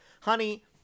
Honey